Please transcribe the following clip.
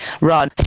run